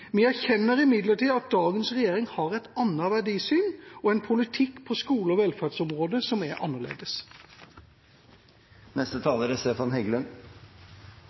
Vi erkjenner imidlertid at dagens regjering har et annet verdisyn og en politikk på skole- og velferdsområdet som er annerledes. Representanten Tone Merete Sønsterud harselerte med at valgløftet var viktig for regjeringen. Ja, det er